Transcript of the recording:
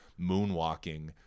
moonwalking